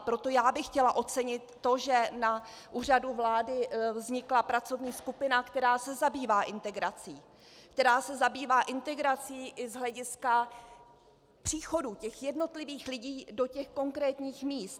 Proto bych chtěla ocenit to, že na Úřadu vlády vznikla pracovní skupina, která se zabývá integrací, která se zabývá integrací i z hlediska příchodu jednotlivých lidí do konkrétních míst.